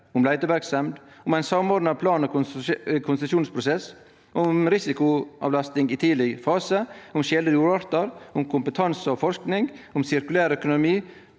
om leiteverksemd, om ein samordna plan- og konsesjonsprosess, om risikoavlasting i tidleg fase, om sjeldne jordartar, om kompetanse og forsking, om sirkulærøkonomi,